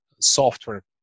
software